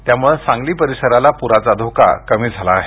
त्यामुळे सांगली परिसराला पुराचा धोका कमी झाला आहे